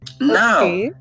now